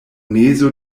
mezo